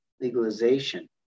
legalization